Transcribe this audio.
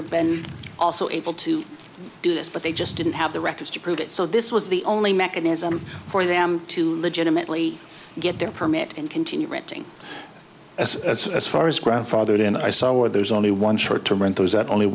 have been also able to do this but they just didn't have the records to prove it so this was the only mechanism for them to legitimately get their permit and continue renting as as far as grandfathered in i saw where there is only one short term rent those that only